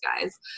guys